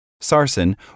Sarsen